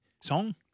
song